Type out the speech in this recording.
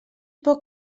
poc